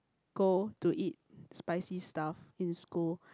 go to eat spicy stuff in school